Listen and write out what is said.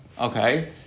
Okay